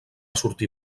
sortir